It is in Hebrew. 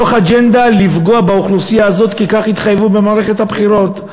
לקחו מתוך אג'נדה לפגוע באוכלוסייה הזאת כי כך התחייבו במערכת הבחירות,